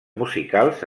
musicals